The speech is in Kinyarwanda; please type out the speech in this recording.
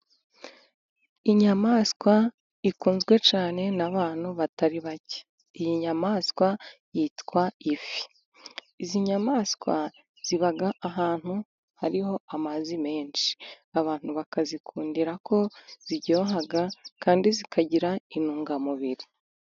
Inyamaswa ikunzwe cyane n'abantu batari bake, iyi nyamaswa yitwa ifi. Izi nyamaswa ziba ahantu hari amazi menshi, abantu bakazikundira ko ziryoha, kandi zikagira intungamubiri.